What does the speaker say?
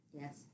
Yes